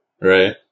Right